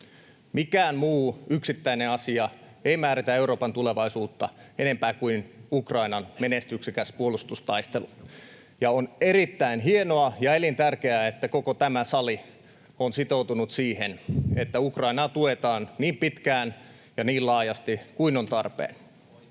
Mikään muu yksittäinen asia ei määritä Euroopan tulevaisuutta enempää kuin Ukrainan menestyksekäs puolustustaistelu, ja on erittäin hienoa ja elintärkeää, että koko tämä sali on sitoutunut siihen, että Ukrainaa tuetaan niin pitkään ja niin laajasti kuin on tarpeen. [Timo